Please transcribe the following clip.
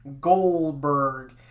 Goldberg